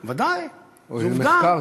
ודאי, זו עובדה.